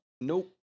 Nope